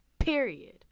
Period